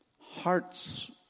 hearts